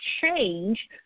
change